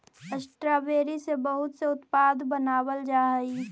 strawberry से बहुत से उत्पाद बनावाल जा हई